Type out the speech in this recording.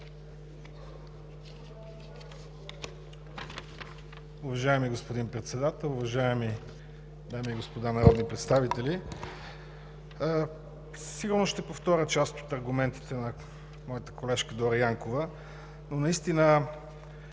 Уважаеми господин Председател, уважаеми дами и господа народни представители! Сигурно ще повторя част от аргументите на моята колежка Дора Янкова, но наистина,